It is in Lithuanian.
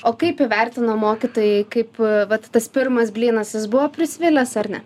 o kaip įvertino mokytojai kaip vat tas pirmas blynas jis buvo prisvilęs ar ne